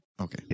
Okay